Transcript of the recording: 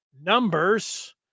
numbers